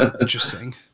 Interesting